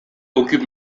occupe